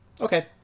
Okay